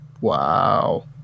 Wow